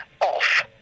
off